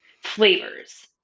flavors